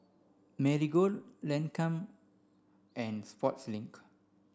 Marigold Lancome and Sportslink